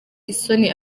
isoni